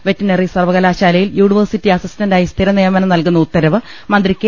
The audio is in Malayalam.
വെറ്റിനറി സർവകലാശാലയിൽ യൂണിവേഴ്സിറ്റി അസിസ്റ്റന്റായി സ്ഥിര നിയമനം നൽകുന്ന ഉത്തരവ് മന്ത്രി കെ